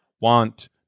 want